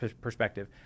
perspective